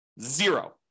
zero